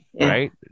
Right